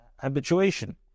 habituation